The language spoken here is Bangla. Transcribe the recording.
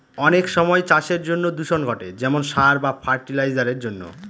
অনেক সময় চাষের জন্য দূষণ ঘটে যেমন সার বা ফার্টি লাইসারের জন্য